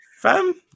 Fam